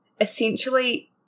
essentially